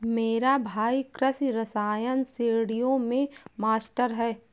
मेरा भाई कृषि रसायन श्रेणियों में मास्टर है